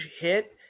hit